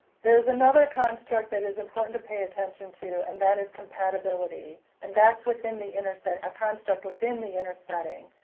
there's another construct that is important to pay attention to, and that is compatibility, and that's within the inner setting, a construct within the inner setting,